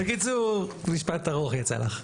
בקיצור, משפט ארוך יצא לך.